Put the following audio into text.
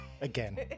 Again